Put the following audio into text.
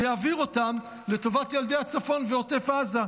ויעביר אותם לטובת ילדי הצפון ועוטף עזה,